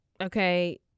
okay